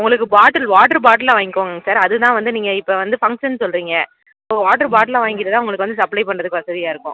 உங்களுக்கு bottle water பாட்டிலாக வாங்கிக்கோங்க சார் அது தான் வந்து நீங்கள் இப்போ வந்து ஃபங்க்ஷன் சொல்கிறீங்க இப்போ வாட்டர் பாட்டிலாக வாங்கிக்கிட்டால் தான் உங்களுக்கு வந்து சப்ளை பண்ணுறதுக்கு வசதியாக இருக்கும்